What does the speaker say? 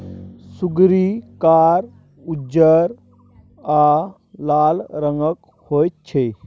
सुग्गरि कार, उज्जर आ लाल रंगक होइ छै